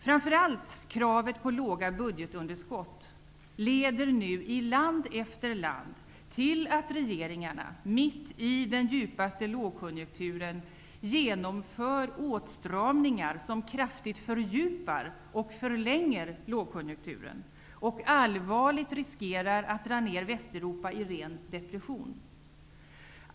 Framför allt kravet på låga budgetunderskott leder nu i land efter land till att regeringarna mitt i den djupaste lågkonjunkturen genomför åtstramningar som kraftigt fördjupar och förlänger lågkonjunkturen och allvarligt riskerar att dra ner Västeuropa i ren depression.